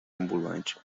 ambulante